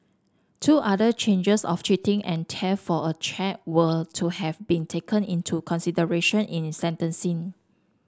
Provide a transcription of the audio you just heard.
two other changes of cheating and theft for a cheque were to have been taken into consideration in in sentencing